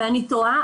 אני תוהה,